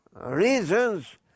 reasons